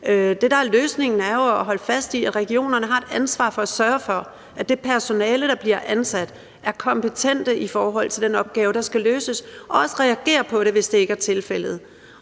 Det, der er løsningen, er jo at holde fast i, at regionerne har et ansvar for at sørge for, at det personale, der bliver ansat, er kompetent i forhold til den opgave, der skal løses, og også reagerer på det, hvis det ikke er tilfældet.